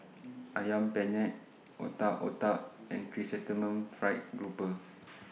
Ayam Penyet Otak Otak and Chrysanthemum Fried Grouper